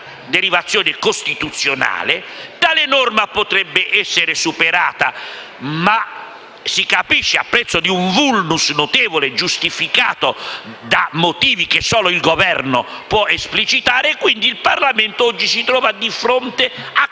derivazione costituzionale; tale norma potrebbe essere superata, ma, si capisce, a prezzo di un *vulnus* notevole, giustificato da motivi che solo il Governo può esplicitare; pertanto il Parlamento oggi si trova di fronte a